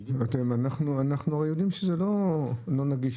אנחנו הרי יודעים שזה לא נגיש,